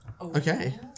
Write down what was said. Okay